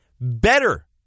better